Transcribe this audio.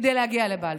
כדי להגיע לבלפור.